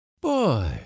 boy